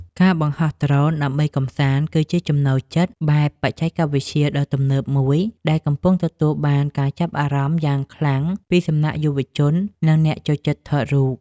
ការបង្ហោះដ្រូនដើម្បីកម្សាន្ត គឺជាចំណូលចិត្តបែបបច្ចេកវិទ្យាដ៏ទំនើបមួយដែលកំពុងទទួលបានការចាប់អារម្មណ៍យ៉ាងខ្លាំងពីសំណាក់យុវជន និងអ្នកចូលចិត្តថតរូបភាព។